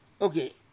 Okay